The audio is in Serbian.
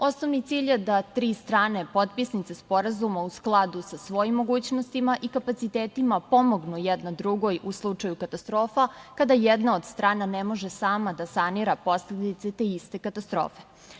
Osnovni cilj je da tri strane potpisnice sporazuma u skladu sa svoji mogućnostima i kapacitetima pomognu jedna drugoj u slučaju katastrofa kada jedna od strana ne može sama da sanira posledice te iste katastrofe.